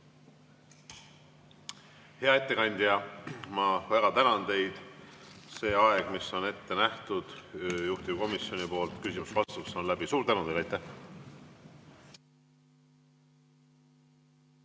Hea ettekandja, ma väga tänan teid! See aeg, mis on ette nähtud juhtivkomisjoni poolt küsimusteks-vastusteks, on läbi. Suur tänu teile! Head